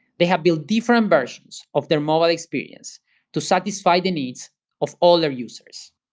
they have built different versions of their mobile experience to satisfy the needs of all their users.